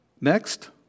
Next